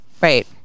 Right